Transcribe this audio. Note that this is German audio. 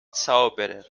zauberer